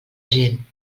gent